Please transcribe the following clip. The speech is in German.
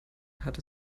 hat